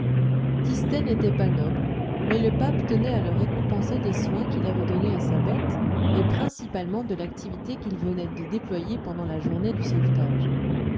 tistet n'était pas noble mais le pape tenait à le récompenser des soins qu'il avait donnés à sa bête et principalement de l'activité qu'il venait de déployer pendant la journée du sauvetage